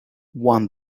one